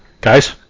Guys